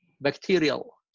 bacterial